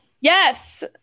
Yes